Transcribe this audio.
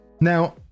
now